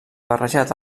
barrejat